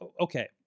okay